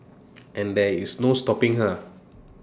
and there is no stopping her